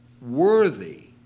worthy